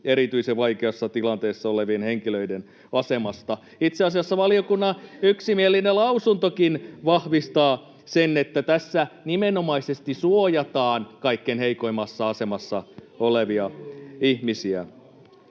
erityisen vaikeassa tilanteessa olevien henkilöiden asemasta. Itse asiassa valiokunnan yksimielinen lausuntokin vahvistaa sen, että tässä nimenomaisesti suojataan kaikkein heikoimmassa asemassa olevia ihmisiä.